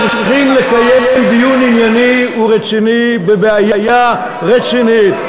צריכים לקיים דיון ענייני ורציני בבעיה רצינית.